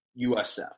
usf